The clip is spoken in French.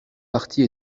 partie